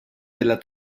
della